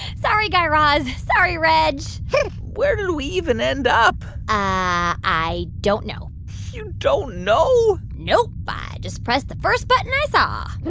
sorry, guy raz. sorry, reg where did we even end up? i i don't know you don't know? nope. i just pressed the first button i saw